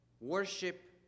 worship